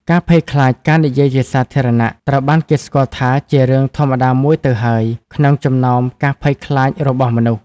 ការភ័យខ្លាចការនិយាយជាសាធារណៈ ត្រូវបានគេស្គាល់ថា ជារឿងធម្មតាមួយនៅទៅហើយក្នុងចំណោមការភ័យខ្លាចរបស់មនុស្ស។